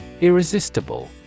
Irresistible